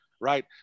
right